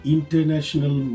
International